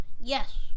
Yes